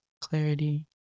Clarity